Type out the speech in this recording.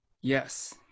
Yes